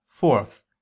Fourth